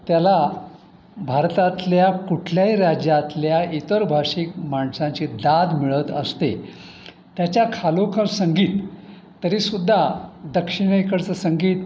त्याला भारतातल्या कुठल्याही राज्यातल्या इतर भाषिक माणसांची दाद मिळत असते त्याच्या खालोखाल संगीत तरी सुद्धा दक्षिणेइकडचं संगीत